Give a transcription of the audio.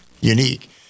unique